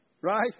right